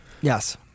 Yes